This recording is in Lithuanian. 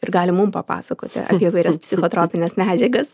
ir gali mum papasakoti apie įvairias psichotropines medžiagas